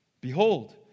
Behold